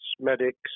medics